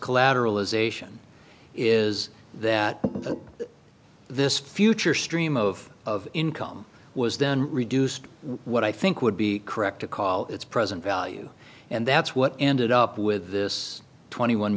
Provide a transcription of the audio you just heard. collateral is ation is that this future stream of income was then reduced what i think would be correct to call its present value and that's what ended up with this twenty one